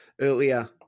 earlier